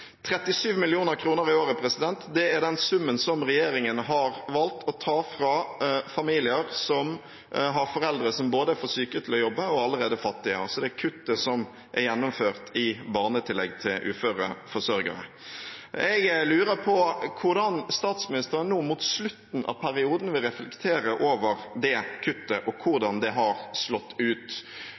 37 mill. kr i året er summen som regjeringen har valgt å ta fra familier der foreldrene er både for syke til å jobbe og allerede fattige. Det er kuttet som er gjennomført i barnetillegg til uføre forsørgere. Jeg lurer på hvordan statsministeren nå mot slutten av perioden vil reflektere over det kuttet og hvordan det har slått ut.